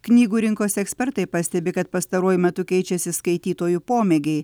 knygų rinkos ekspertai pastebi kad pastaruoju metu keičiasi skaitytojų pomėgiai